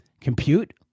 compute